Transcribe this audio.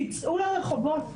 תצאו לרחובות,